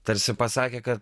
tarsi pasakė kad